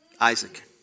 Isaac